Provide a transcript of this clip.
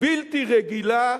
בלתי רגילה,